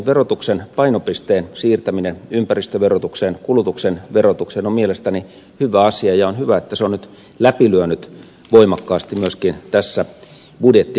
verotuksen painopisteen siirtäminen ympäristöverotukseen kulutuksen verotukseen on mielestäni hyvä asia ja on hyvä että se on nyt läpilyönyt voimakkaasti myöskin tässä budjettiajattelussa